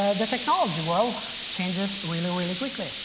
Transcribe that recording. ah the technology world changes really, really quickly.